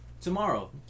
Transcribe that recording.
tomorrow